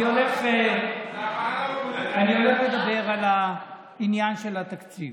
אני הולך לדבר על העניין של התקציב.